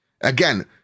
again